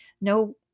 no